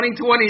2020